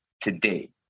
today